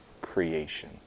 creation